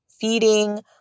feeding